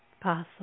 possible